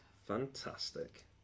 Fantastic